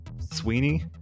Sweeney